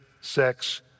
sex